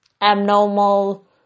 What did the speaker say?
abnormal